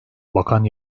bakan